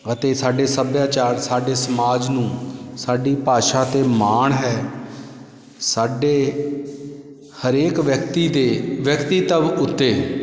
ਅਤੇ ਸਾਡੇ ਸੱਭਿਆਚਾਰ ਸਾਡੇ ਸਮਾਜ ਨੂੰ ਸਾਡੀ ਭਾਸ਼ਾ 'ਤੇ ਮਾਣ ਹੈ ਸਾਡੇ ਹਰੇਕ ਵਿਅਕਤੀ ਦੇ ਵਿਅਕਤੀਤਵ ਉੱਤੇ